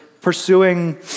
pursuing